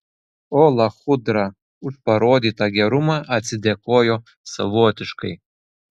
o lachudra už parodytą gerumą atsidėkojo savotiškai